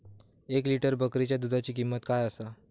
एक लिटर बकरीच्या दुधाची किंमत काय आसा?